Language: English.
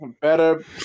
Better